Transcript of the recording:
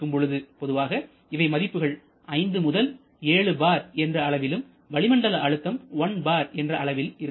பொதுவாக இவை மதிப்புகள் 5 முதல் 7 bar என்ற அளவிலும் வளிமண்டல அழுத்தம் 1 bar என்ற அளவிலும் இருக்கும்